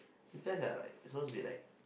you guys are like supposed to be like